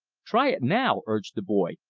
try it now! urged the boy,